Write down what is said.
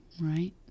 right